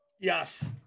Yes